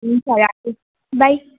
हुन्छ राखेँ बाइ